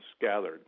gathered